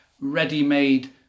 ready-made